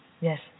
Yes